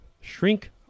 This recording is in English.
shrink